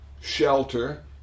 shelter